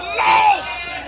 lost